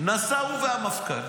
נסע הוא והמפכ"ל,